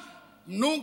נו,